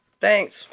Thanks